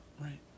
Right